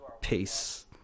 peace